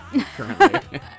currently